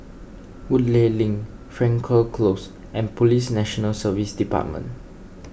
Woodleigh Link Frankel Close and Police National Service Department